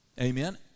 Amen